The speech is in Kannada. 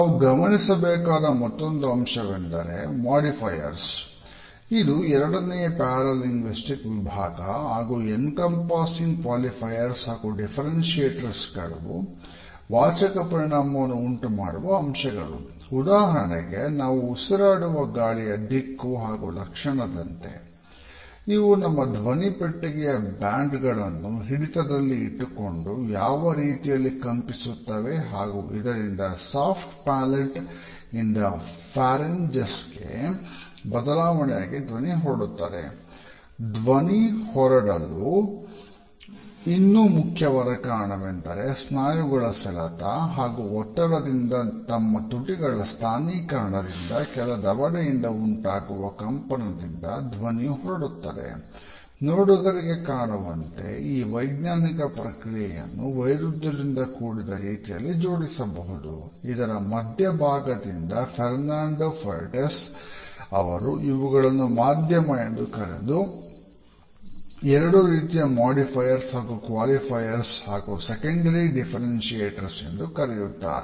ನಾವು ಗಮನಿಸಬೇಕಾದ ಮತ್ತೊಂದು ಅಂಶವೆಂದರೆ ಮಾಡಿಫೈಎರ್ಸ್ ಎಂದು ಕರೆಯುತ್ತಾರೆ